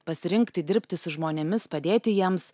pasirinkti dirbti su žmonėmis padėti jiems